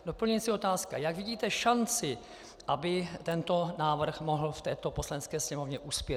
Doplňující otázka: Jak vidíte šanci, aby tento návrh mohl v této Poslanecké sněmovně uspět?